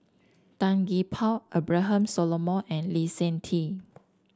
Tan Gee Paw Abraham Solomon and Lee Seng Tee